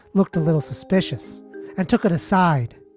looked a little suspicious and took it aside